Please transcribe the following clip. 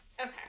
okay